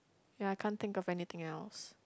ya I can't think of anything else